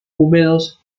húmedos